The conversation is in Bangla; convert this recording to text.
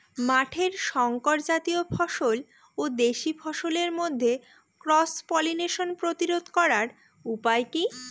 মাঠের শংকর জাতীয় ফসল ও দেশি ফসলের মধ্যে ক্রস পলিনেশন প্রতিরোধ করার উপায় কি?